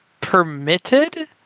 permitted